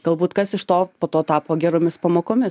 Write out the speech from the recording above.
galbūt kas iš to po to tapo geromis pamokomis